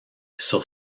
sur